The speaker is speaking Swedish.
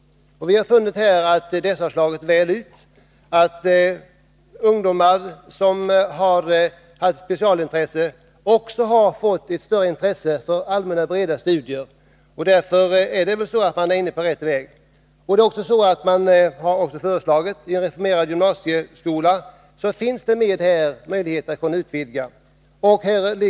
Nu har vi funnit att dessa slår väl ut. Ungdomar som har ett specialintresse har också fått ett större intresse för allmänna och breda studier. Därför är man nog inne på rätt väg. I den reformerade gymnasieskolan finns det möjligheter till en utvidgning.